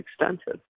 extensive